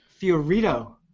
Fiorito